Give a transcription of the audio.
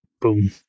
Boom